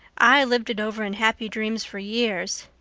i lived it over in happy dreams for years.